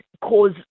cause